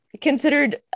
considered